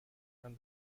and